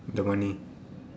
the money